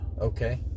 Okay